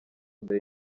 the